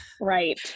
Right